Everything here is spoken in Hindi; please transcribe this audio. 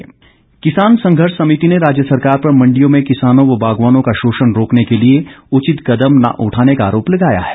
संघर्ष समिति किसान संघर्ष समिति ने राज्य सरकार पर मंडियों में किसानों व बागवानों का शोषण रोकने के लिए उचित कदम न उठाने का आरोप लगाया है